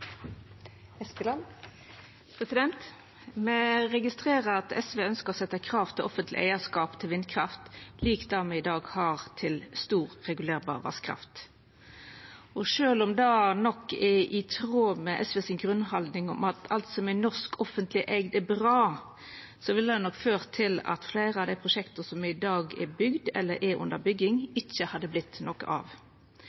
Me registrerer at SV ønskjer å setja krav til offentleg eigarskap til vindkraft lik det me i dag har til stor regulerbar vasskraft. Sjølv om det nok er i tråd med SV si grunnhaldning om at alt som er norsk offentleg eigd, er bra, ville det nok ført til at fleire av dei prosjekta som i dag er bygde, eller er under bygging,